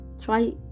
try